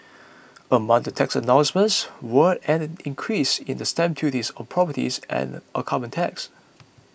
among the tax announcements were an increase in the stamp duties on property and a carbon tax